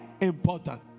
important